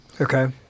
Okay